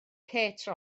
kate